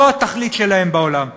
זו התכלית שלהם בעולם.